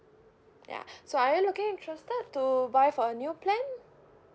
ya so are you looking interested to buy for a new plan